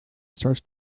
starts